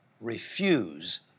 refuse